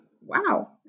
Wow